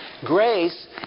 Grace